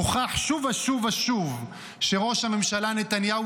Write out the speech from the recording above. הוכח שוב ושוב ושוב שראש הממשלה נתניהו